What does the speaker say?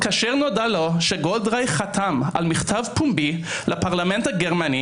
כאשר נודע לו שגולדרייך חתם על מכתב פומבי לפרלמנט הגרמני,